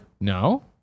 No